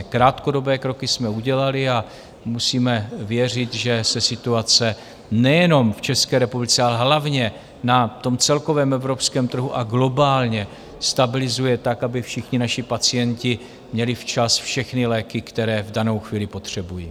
Krátkodobé kroky jsme udělali a musíme věřit, že se situace nejenom v České republice, ale hlavně na celkovém evropském trhu a globálně stabilizuje tak, aby všichni naši pacienti měli včas všechny léky, které v danou chvíli potřebují.